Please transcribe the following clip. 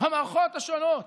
במערכות השונות.